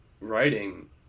writing